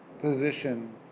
position